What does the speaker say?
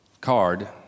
card